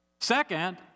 Second